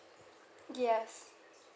yes